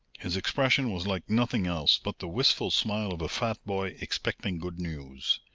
his expression was like nothing else but the wistful smile of a fat boy expecting good news.